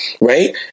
right